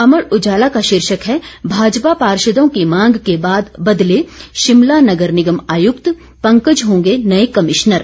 अमर उजाला का शीर्षक है भाजपा पार्षदों की मांग के बाद बदले शिमला नगर निगम आयुक्त पंकज होंगे नए कमीशनर